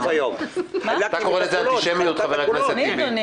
-- אתה קורא לזה אנטישמיות חבר הכנסת טיבי?